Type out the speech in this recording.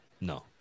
No